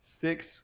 Six